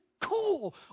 cool